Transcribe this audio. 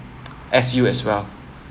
as you as well